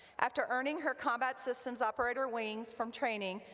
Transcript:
after earning her combat systems operator wings from training,